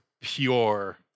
pure